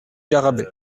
garrabet